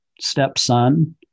stepson